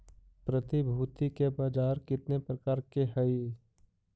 प्रतिभूति के बाजार केतने प्रकार के हइ?